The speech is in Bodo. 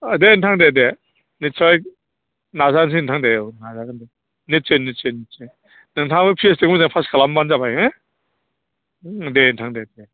दे नोंथां दे दे निस्सय नाजानोसै नोंथां दे औ नाजागोन दे निस्सय निस्सय नोंथाङाबो पि ओइत्स दि खौ फास खालामबानो जाबाय हो दे नोंथां दे